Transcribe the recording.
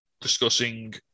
discussing